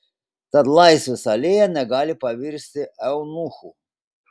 tad laisvės alėja negali pavirsti eunuchu